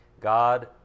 God